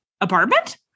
apartment